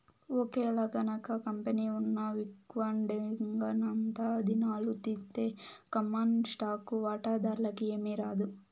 ఒకేలగనక కంపెనీ ఉన్న విక్వడేంగనంతా దినాలు తీస్తె కామన్ స్టాకు వాటాదార్లకి ఏమీరాదు